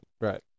Right